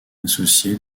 associées